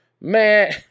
man